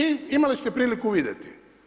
I imali ste priliku vidjeti.